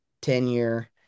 tenure